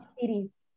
series